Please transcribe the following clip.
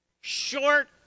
short